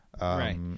Right